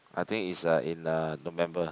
I think is uh in uh November